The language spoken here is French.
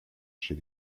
chez